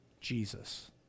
Jesus